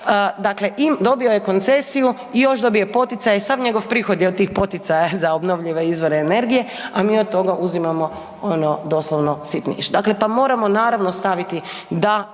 dakle, dobio je koncesiju i još dobije poticaje i sav njegov prihod je od tih poticaja za obnovljive izvore energije, a mi od toga uzimamo ono doslovno sitniš. Dakle, pa moramo naravno, staviti da